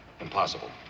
Impossible